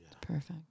Perfect